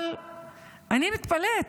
אבל אני מתפלאת,